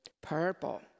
Purple